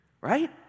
Right